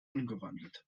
umgewandelt